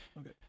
Okay